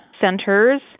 centers